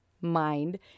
mind